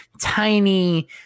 tiny